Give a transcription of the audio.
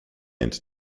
and